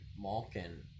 Malkin